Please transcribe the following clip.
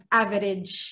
average